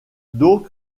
donc